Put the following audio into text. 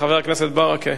חבר הכנסת ברכה.